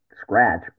scratch